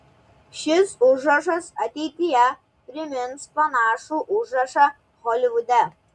šis užrašas ateityje primins panašų užrašą holivude